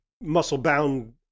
muscle-bound